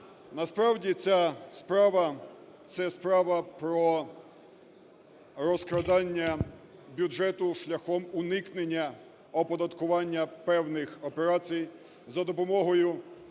Насправді ця справа – це справа про розкрадання бюджетну шляхом уникнення оподаткування певних операцій за допомогою